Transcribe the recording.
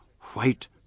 white